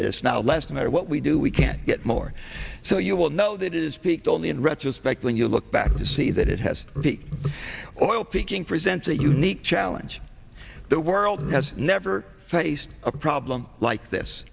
and is now less matter what we do we can get more so you will know that it is peaked only in retrospect when you look back to see that it has the oil peaking presents a unique challenge the world has never faced a problem like this